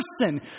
person